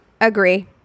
Agree